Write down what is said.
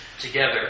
together